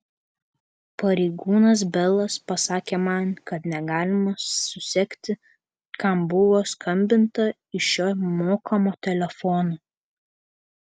pareigūnas belas pasakė man kad negalima susekti kam buvo skambinta iš šio mokamo telefono